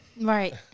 Right